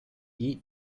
eat